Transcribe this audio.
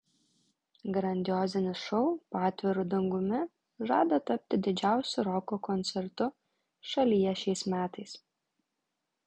grandiozinis šou po atviru dangumi žada tapti didžiausiu roko koncertu šalyje šiais metais